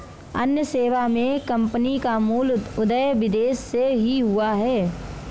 अन्य सेवा मे कम्पनी का मूल उदय विदेश से ही हुआ है